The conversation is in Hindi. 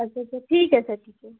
अच्छा अच्छा ठीक है सर ठीक है